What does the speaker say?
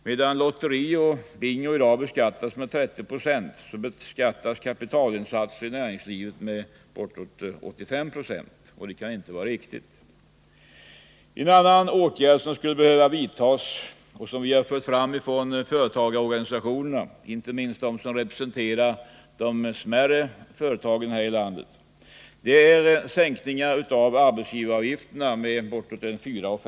Medan lotterioch bingospel i dag beskattas med 30 20, så beskattas kapitalinsatser i näringslivet med bortåt 85 20, och det kan inte vara riktigt. En annan åtgärd som skulle behöva vidtas och som företagarorganisationerna, inte minst de som representerar de små företagen, har krävt är sänkningar av arbetsgivaravgifterna med 4-5 20.